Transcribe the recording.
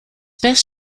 best